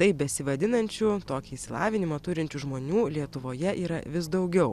taip besivadinančių tokį išsilavinimą turinčių žmonių lietuvoje yra vis daugiau